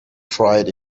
tried